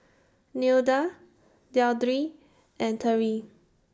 Nilda Deidre and Terrie